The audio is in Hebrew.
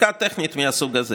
חקיקה טכנית מהסוג הזה.